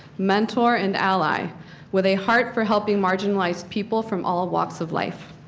mentor and allied with a heart for helping marginalize people from all walks of life.